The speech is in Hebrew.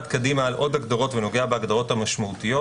הניסיון שלנו לעדכן את ההגדרות מתייחס לתפיסות שכבר קיימות בחוק.